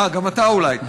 אה, גם אתה אולי.